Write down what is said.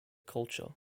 culture